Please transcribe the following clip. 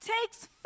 takes